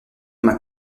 m’a